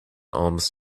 alms